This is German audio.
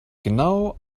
genau